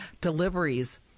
deliveries